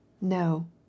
No